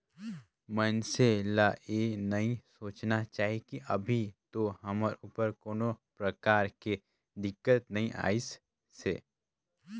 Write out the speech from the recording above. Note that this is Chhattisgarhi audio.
मइनसे ल ये नई सोचना चाही की अभी तो हमर ऊपर कोनो परकार के दिक्कत नइ आइसे